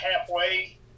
halfway